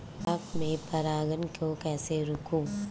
गुलाब में पर परागन को कैसे रोकुं?